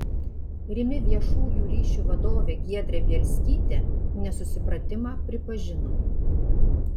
rimi viešųjų ryšių vadovė giedrė bielskytė nesusipratimą pripažino